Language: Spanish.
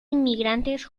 inmigrantes